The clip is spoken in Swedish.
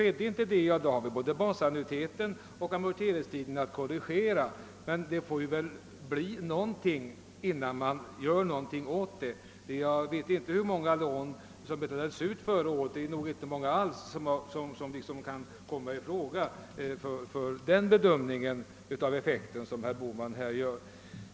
Om inte det skedde finns både basannuiteten och amorteringstiden att korrigera. Men det får väl bli någonting i resultatväg innan man gör någonting åt saken. Jag vet inte hur många lån som betalades ut förra året. Det är nog inte alls många som kan komma i fråga för den bedömning av effekten som herr Bohman här gör.